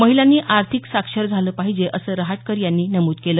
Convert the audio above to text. महिलांनी आर्थिक साक्षर झालं पाहिजे असं रहाटकर यांनी नमूद केलं